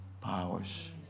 powers